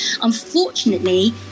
unfortunately